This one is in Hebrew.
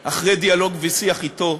או אחרי דיאלוג ושיח אתו.